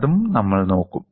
അതും നമ്മൾ നോക്കും